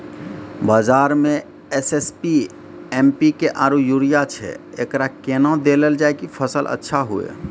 बाजार मे SSP, MPK आरु यूरिया छैय, एकरा कैना देलल जाय कि फसल अच्छा हुये?